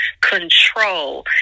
control